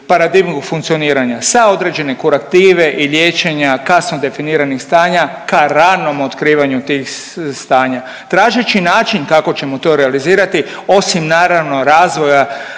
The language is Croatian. paradigmu funkcioniranja sa određene kurative i liječenja, kasno definiranih stanja ka ranom otkrivanju tih stanja tražeći način kako ćemo to realizirati osim naravno razvoja